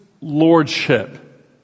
lordship